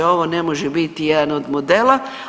Ovo ne može biti jedan od modela.